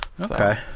Okay